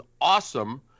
awesome